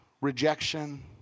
rejection